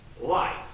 life